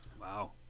Wow